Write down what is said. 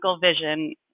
vision